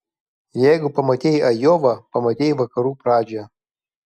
jeigu pamatei ajovą pamatei vakarų pradžią